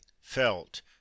felt